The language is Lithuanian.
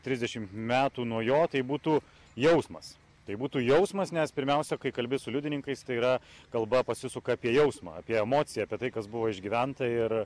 trisdešimt metų nuo jo tai būtų jausmas tai būtų jausmas nes pirmiausia kai kalbi su liudininkais tai yra kalba pasisuka apie jausmą apie emociją apie tai kas buvo išgyventa ir